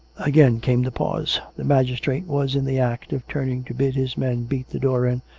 again came the pause. the magistrate was in the act of turning to bid his men beat the door in,